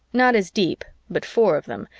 not as deep, but four of them,